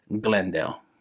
Glendale